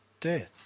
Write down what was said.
death